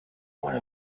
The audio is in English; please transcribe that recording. one